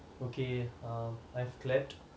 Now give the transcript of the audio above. okay um I've clapped